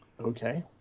Okay